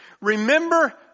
Remember